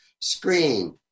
screen